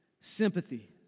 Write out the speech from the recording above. sympathy